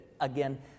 again